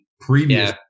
previous